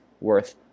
worth